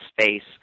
space